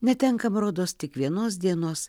netenkam rodos tik vienos dienos